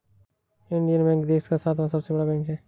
Indian bank देश का सातवां सबसे बड़ा बैंक है